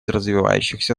развивающихся